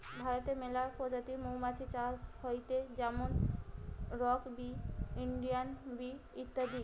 ভারতে মেলা প্রজাতির মৌমাছি চাষ হয়টে যেমন রক বি, ইন্ডিয়ান বি ইত্যাদি